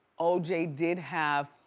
oj did have